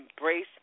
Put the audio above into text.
embrace